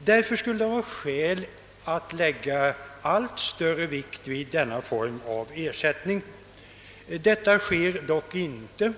Därför finns alla skäl att lägga allt större vikt vid denna form av ersättning. Detta har dock inte skett.